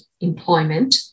employment